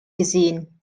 gesehen